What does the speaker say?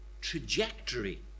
trajectory